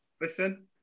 Listen